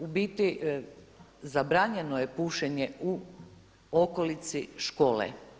U biti zabranjeno je pušenje u okolici škole.